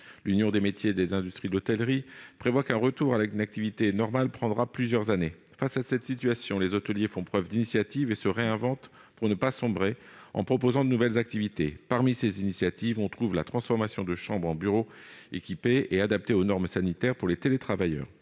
L'Union des métiers et des industries de l'hôtellerie prévoit que le retour à une activité normale prendra plusieurs années. Face à cette situation, les hôteliers font preuve d'initiative et se réinventent pour ne pas sombrer, en proposant de nouvelles activités, notamment la transformation de chambres en bureaux équipés et adaptés aux normes sanitaires pour les télétravailleurs.